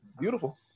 Beautiful